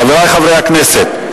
חברי חברי הכנסת,